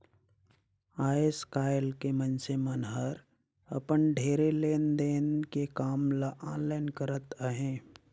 आएस काएल के मइनसे मन हर अपन ढेरे लेन देन के काम ल आनलाईन करत अहें